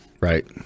right